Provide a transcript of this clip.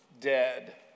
dead